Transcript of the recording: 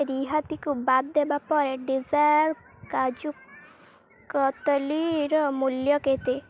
ରିହାତିକୁ ବାଦ୍ ଦେବା ପରେ ଡିଜାର୍ କାଜୁ କତଲିର ମୂଲ୍ୟ କେତେ